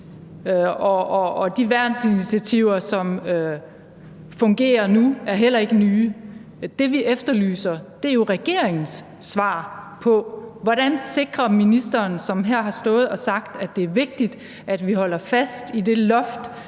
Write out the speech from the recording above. de værnsinitiativer, som fungerer nu, er heller ikke nye. Det, vi efterlyser, er jo regeringens svar på, hvordan ministeren, som her har stået og sagt, at det er vigtigt, at vi holder fast i det loft,